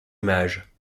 image